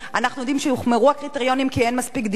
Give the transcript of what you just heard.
אנחנו יודעים שהוחמרו הקריטריונים כי אין מספיק דירות,